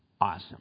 awesome